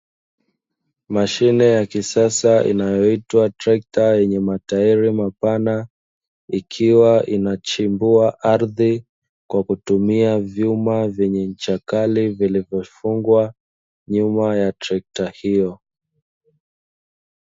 Mashine ya kisasa inayoitwa trekat yenye matairi mapana ikiwa inachimbua ardhi kwa kutumia vyuma vyenye ncha kali vilivyofungwa nyuma ya trekta hiyo.